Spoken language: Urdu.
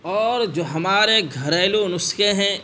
اور جو ہمارے گھریلو نسخے ہیں